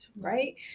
right